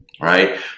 right